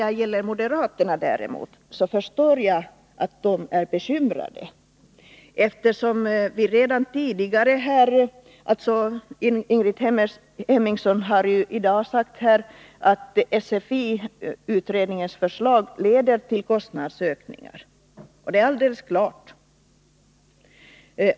Jag förstår däremot att moderaterna är bekymrade. Ingrid Hemmingsson har ju i dag sagt att SFI-utredningens förslag leder till kostnadsökningar — och det är helt klart.